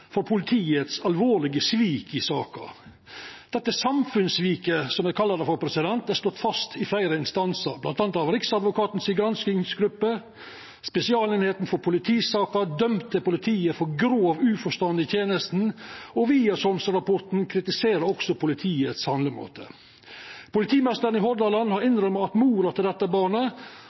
politiets alvorlege svik i saka. Dette samfunnssviket, som eg kallar det, er slått fast i fleire instansar, bl.a. av ei granskingsgruppe hos Riksadvokaten. Spesialeininga for politisaker dømde politiet for grov uforstand i tenesta, og Wiersholm-rapporten kritiserer òg politiets handlemåte. Politimeisteren i Hordaland har innrømma at mor til dette barnet